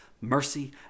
mercy